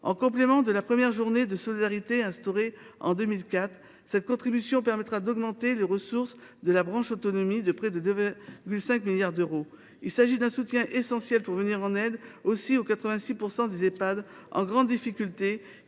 En complément de la première journée de solidarité instaurée en 2004, cette contribution permettra d’augmenter les ressources de la branche autonomie de près de 2,5 milliards d’euros. Il s’agit d’un soutien essentiel pour aider les 86 % des Ehpad qui sont en grande difficulté